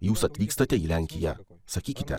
jūs atvykstate į lenkiją sakykite